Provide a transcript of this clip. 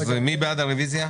מי בעד הרביזיה?